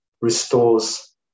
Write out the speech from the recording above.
restores